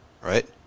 right